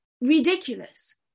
ridiculous